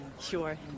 sure